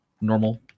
normal